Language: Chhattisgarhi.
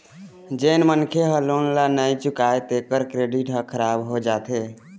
जेन मनखे ह लोन ल नइ चुकावय तेखर क्रेडिट ह खराब हो जाथे